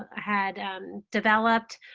ah had developed.